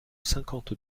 cinquante